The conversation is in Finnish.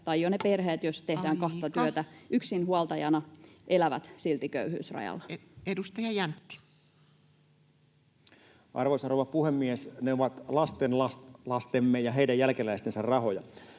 tai ne perheet, joissa tehdään [Puhemies: Aika!] kahta työtä yksinhuoltajana, elävät silti köyhyysrajalla? Edustaja Jäntti. Arvoisa rouva puhemies! Ne ovat lastenlastemme ja heidän jälkeläistensä rahoja.